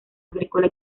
agrícola